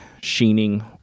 sheening